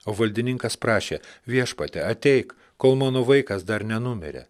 o valdininkas prašė viešpatie ateik kol mano vaikas dar nenumirė